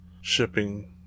shipping